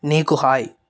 నీకు హాయ్